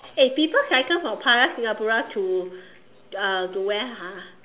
eh people cycle from Plaza Singapura to uh to where ha